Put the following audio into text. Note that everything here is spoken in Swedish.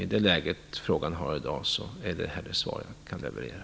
I det läge frågan har i dag är det här det svar jag kan leverera.